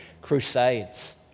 crusades